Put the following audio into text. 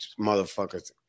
motherfuckers